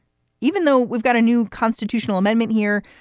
even though we've got a new constitutional amendment here,